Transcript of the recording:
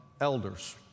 elders